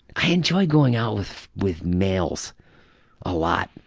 i enjoy going out with with males a lot.